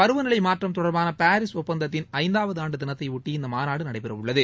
பருவநிலை மாற்றம் தொடர்பான பாரீஸ் ஒப்பந்தத்தின் ஐந்தாவது ஆண்டு தினத்தைபொட்டி இந்த மாநாடு நடைபெறவுள்ளது